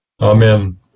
Amen